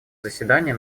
заседание